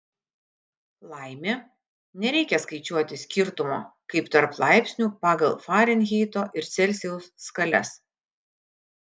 laimė nereikia skaičiuoti skirtumo kaip tarp laipsnių pagal farenheito ir celsijaus skales